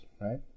right